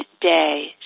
day